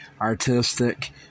artistic